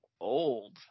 old